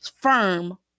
firm